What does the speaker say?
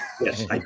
Yes